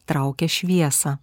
traukia šviesą